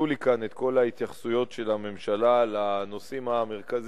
פירטו לי כאן את כל ההתייחסויות של הממשלה לנושאים המרכזיים,